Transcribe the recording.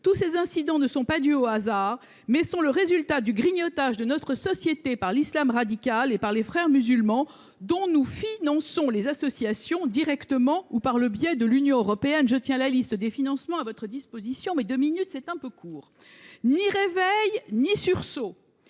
Tous ces incidents ne sont pas dus au hasard : ils sont le résultat du grignotage de notre société par l’islam radical et par les Frères musulmans, dont nous finançons les associations directement ou par le biais de l’Union européenne. Je tiens la liste de ces financements à votre disposition – les deux minutes qui me sont allouées ne suffiront